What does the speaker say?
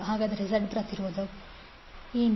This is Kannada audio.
ಹಾಗಾದರೆ Z ಪ್ರತಿರೋಧ ಏನು